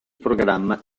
programma